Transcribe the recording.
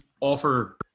offer